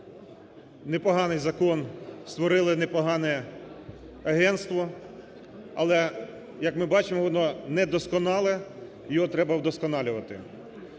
непоганий закон, створили непогане агентство, але, як ми бачимо, воно недосконале, його треба вдосконалювати.